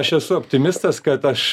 aš esu optimistas kad aš